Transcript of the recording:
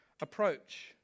approach